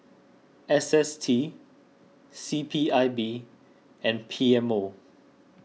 S S T C P I B and P M O